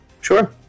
sure